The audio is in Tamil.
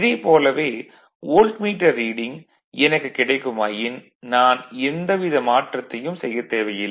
இதைப் போலவே வோல்ட்மீட்டர் ரீடிங் எனக்குக் கிடைக்குமாயின் நான் எந்த வித மாற்றத்தையும் செய்யத் தேவையில்லை